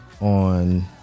on